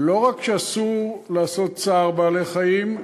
לא רק שאסור לגרום צער בעלי-חיים,